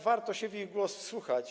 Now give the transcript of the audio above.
Warto się w ich głos wsłuchać.